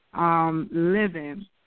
living